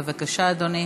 בבקשה, אדוני.